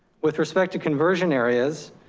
with respect to conversion areas,